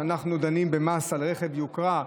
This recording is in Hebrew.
שאנחנו דנים במס על רכב יוקרה,